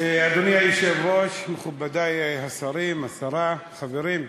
אדוני היושב-ראש, מכובדי השרים, השרה, חברים,